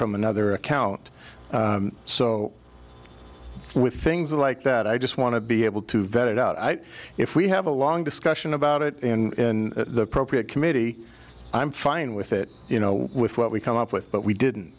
from another account so with things like that i just want to be able to vet it out if we have a long discussion about it in the pro create committee i'm fine with it you know with what we come up with but we didn't